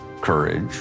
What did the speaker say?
courage